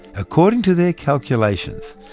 according to the calculations,